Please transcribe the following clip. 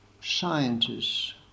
scientists